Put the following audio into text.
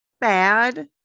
bad